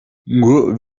ngo